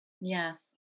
Yes